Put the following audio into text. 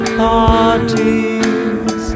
parties